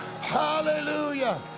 hallelujah